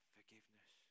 Forgiveness